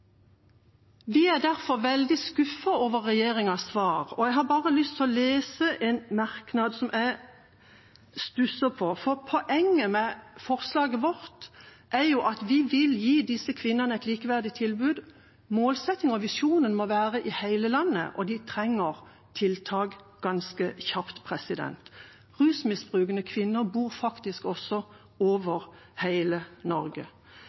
er derfor veldig skuffet over regjeringens svar. Jeg har lyst til å lese en merknad som jeg stusser på, for poenget med forslaget vårt er jo at vi vil gi disse kvinnene et likeverdig tilbud. Målsettingen og visjonen må være i hele landet, og de trenger tiltak ganske kjapt. Rusmisbrukende kvinner bor faktisk også over hele Norge.